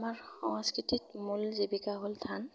আমাৰ সংস্কৃতিত মূল জীৱিকা হ'ল ধান